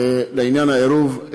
לעניין העירוב,